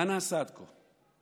מה נעשה עד כה?